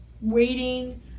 waiting